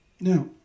Now